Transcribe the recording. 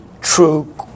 true